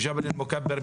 בג'בל אל-מוכאבר,